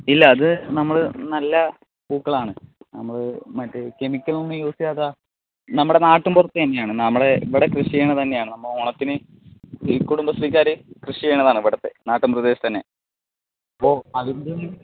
ഇല്ല അത് നമ്മള് നല്ല പൂക്കളാണ് നമ്മള് മറ്റേ കെമിക്കലൊന്നും യൂസ് ചെയ്യാത്ത നമ്മുടെ നാട്ടിൻപുറത്തെ തന്നെയാണ് നമ്മുടെ ഇവിടെ കൃഷി ചെയ്യുന്ന തന്നെയാണ് നമ്മള് ഓണത്തിന് ഈ കുടുംബശ്രീക്കാര് കൃഷി ചെയ്യുന്നതാണ് ഇവിടുത്തെ നാട്ടിൻപ്രദേശത്തെത്തന്നെ അപ്പോൾ അതിൻ്റെ